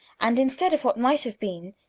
and instead of what might have been,